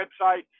website